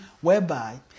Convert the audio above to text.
whereby